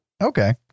Okay